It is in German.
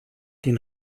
den